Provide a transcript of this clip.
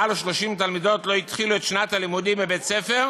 מעל 30 תלמידות לא התחילו את שנת הלימודים בבית-ספר,